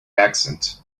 accent